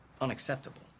unacceptable